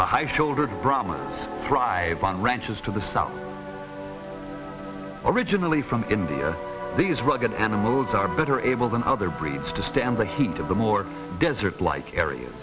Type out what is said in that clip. the high shouldered brahman thrive on ranches to the south originally from india these rugged animals are better able than other breeds to stand the heat of the more desert like area